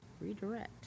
Redirect